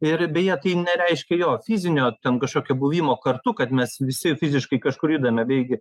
ir beje tai nereiškia jo fizinio ten kažkokio buvimo kartu kad mes visi fiziškai kažkur judame beigi